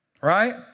right